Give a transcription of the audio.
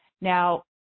Now